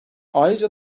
ayrıca